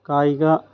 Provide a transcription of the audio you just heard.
കായിക